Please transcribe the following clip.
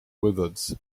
wizards